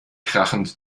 krachend